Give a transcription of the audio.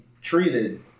treated